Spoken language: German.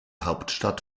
hauptstadt